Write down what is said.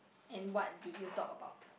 and what did you talk about